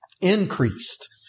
increased